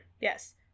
Yes